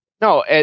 No